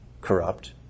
corrupt